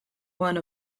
one